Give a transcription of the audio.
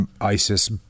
ISIS